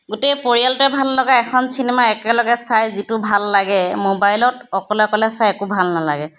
গোটেই পৰিয়ালটোৱে ভাল লগা এখন চিনেমা একেলগে চাই যিটো ভাল লাগে মোবাইলত অকলে অকলে চাই একো ভাল নালাগে